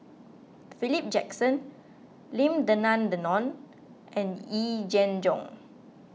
Philip Jackson Lim Denan Denon and Yee Jenn Jong